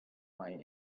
lie